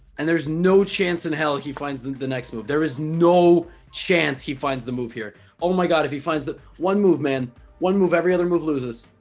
and there's no chance in hell he finds the the next move there is no chance he finds the move here oh my god if he finds that one move man one move every other move loses